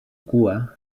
cua